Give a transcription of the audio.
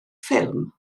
ffilm